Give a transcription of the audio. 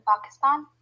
Pakistan